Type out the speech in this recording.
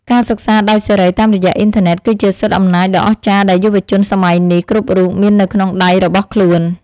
ការសិក្សាដោយសេរីតាមរយៈអ៊ីនធឺណិត គឺជាសិទ្ធិអំណាចដ៏អស្ចារ្យដែលយុវជនសម័យនេះគ្រប់រូបមាននៅក្នុងដៃរបស់ខ្លួន។